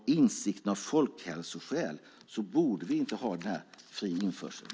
Av folkhälsoskäl borde vi inte ha fri införsel.